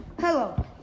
Hello